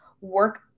work